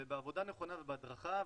ובעבודה נכונה ובהדרכה,